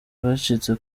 abacitse